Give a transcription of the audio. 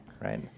right